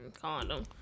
condom